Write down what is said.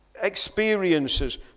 experiences